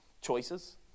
choices